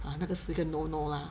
啊那个是一个 no no lah